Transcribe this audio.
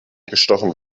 gestochen